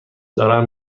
دارم